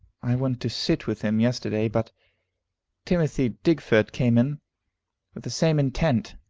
i went to sit with him yesterday, but timothy digfort came in, with the same intent.